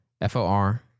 F-O-R